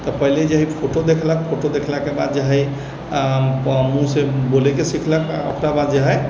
तऽ पहिले जे हइ फोटो देखलक फोटो देखलाके बाद जे हइ मुँह से बोलैके सिखलक आ ओकरा बाद जे हइ